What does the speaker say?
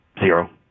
zero